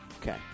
Okay